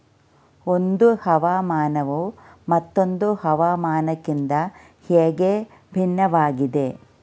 ಒಂದು ಹವಾಮಾನವು ಮತ್ತೊಂದು ಹವಾಮಾನಕಿಂತ ಹೇಗೆ ಭಿನ್ನವಾಗಿದೆ?